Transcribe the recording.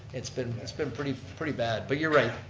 it's been it's been pretty pretty bad, but you're right.